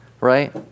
Right